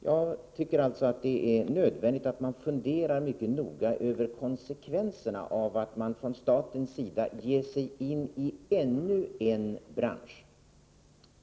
Jag tycker alltså att det är nödvändigt att man funderar mycket noga över konsekvenserna av att man från statens sida ger sig in i ännu en bransch.